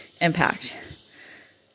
impact